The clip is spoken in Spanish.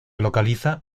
localiza